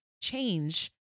change